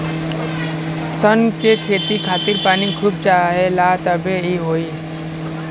सन के खेती खातिर पानी खूब चाहेला तबे इ होई